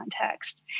context